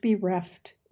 bereft